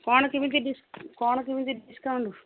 କ'ଣ କେମିତି କ'ଣ କେମିତି ଡିସ୍କାଉଣ୍ଟ